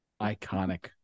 Iconic